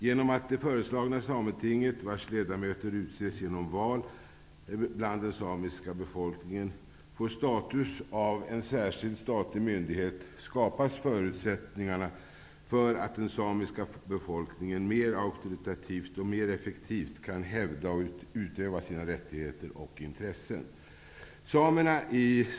Genom att det föreslagna Sametinget, vars ledamöter utses genom val bland den samiska befolkningen, får status av en särskild statligt myndighet, skapas förutsättningar för att den samiska befolkningen mer auktoritativt och effektivt kan hävda och utöva sina rättigheter och intressen.